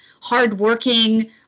hardworking